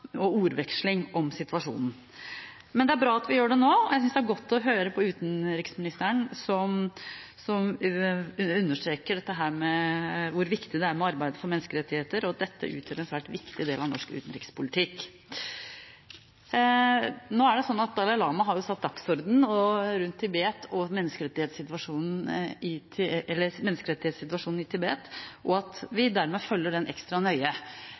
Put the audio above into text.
og ordveksling om situasjonen. Men det er bra at vi gjør det nå, og jeg synes det er godt å høre på utenriksministeren, som understreker hvor viktig det er å arbeide for menneskerettigheter, og at dette utgjør en svært viktig del av norsk utenrikspolitikk. Dalai Lama har satt dagsorden for menneskerettighetssituasjonen i Tibet, og dermed følger vi den ekstra nøye